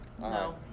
No